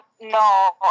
No